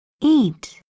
Eat